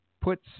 puts